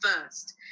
first